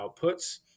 outputs